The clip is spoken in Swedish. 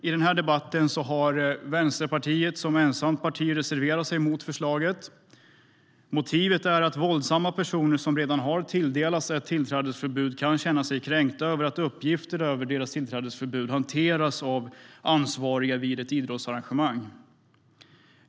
I debatten har Vänsterpartiet som ensamt parti reserverat sig mot förslaget. Motiveringen är att våldsamma personer som redan har tilldelats ett tillträdesförbud kan känna sig kränkta av att uppgifter om deras tillträdesförbud hanteras av ansvariga vid ett idrottsarrangemang.